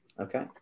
Okay